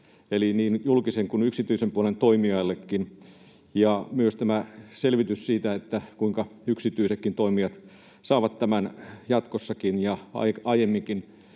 niin julkisen kuin yksityisen puolen toimijoillekin, ja tässä selvityksessä, kuinka yksityisetkin toimijat saavat tämän jatkossakin ja aiemminkin,